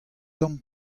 tamm